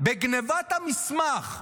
בגנבת המסמך,